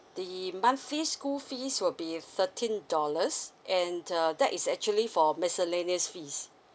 the monthly school fees will be thirteen dollars and uh that is actually for miscellaneous fees